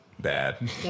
bad